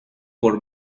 por